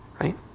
right